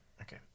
okay